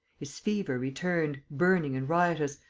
his fever returned, burning and riotous,